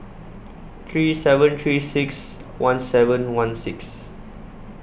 three seven three six one seven one six